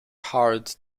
hard